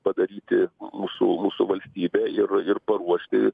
padaryti mūsų mūsų valstybę ir ir paruošti